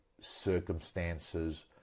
circumstances